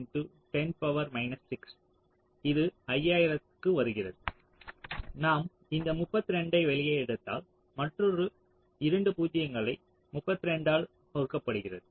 32 x 10 power minus 6 இது 5000 க்கு வருகிறது நாம் இந்த 32 ஐ வெளியே எடுத்தால் மற்றொரு 2 பூஜ்ஜியங்களை 32 ஆல் வகுக்கப்படுகிறது